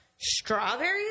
strawberries